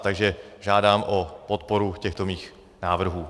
Takže žádám o podporu těchto mých návrhů.